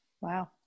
Wow